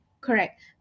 Correct